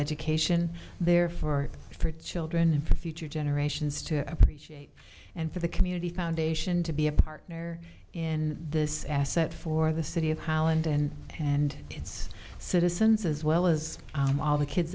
education there for for children and for future generations to appreciate and for the community foundation to be a partner in this asset for the city of holland and and its citizens as well as all the kids